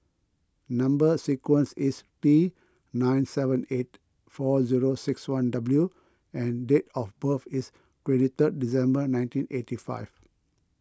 Number Sequence is T nine seven eight four zero six one W and date of birth is twenty third December nineteen eighty five